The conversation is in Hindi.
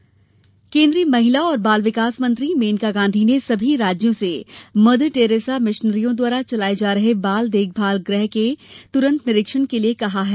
बाल देखभाल गृह केन्द्रीय महिला और बाल विकास मंत्री मेनका गांधी ने सभी राज्यों से मदर टेरेसा मिशनरियों द्वारा चलाये जा रहे बाल देखभाल गृह के तुरन्त निरीक्षण के लिये कहा है